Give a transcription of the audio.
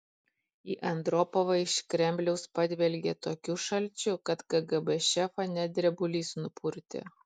į andropovą iš kremliaus padvelkė tokiu šalčiu kad kgb šefą net drebulys nupurtė